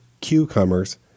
cucumbers